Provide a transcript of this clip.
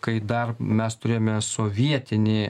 kai dar mes turėjome sovietinį